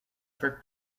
for